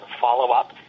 follow-up